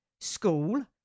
school